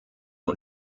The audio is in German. und